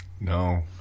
No